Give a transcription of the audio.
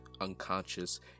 unconscious